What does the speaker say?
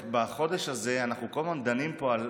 ובחודש הזה אנחנו כל הזמן דנים פה על